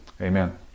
amen